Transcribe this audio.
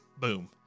boom